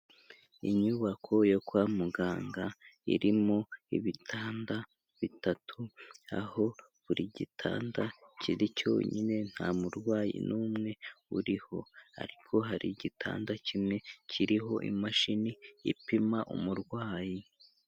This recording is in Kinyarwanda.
Inyubako yo kwa muganga irimo ibitanda bitatu, aho buri gitanda kiri cyonyine nta murwayi n'umwe uriho, ariko hari igitanda kimwe kiriho imashini ipima umurwayi.